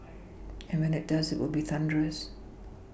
and when it does it will be thunderous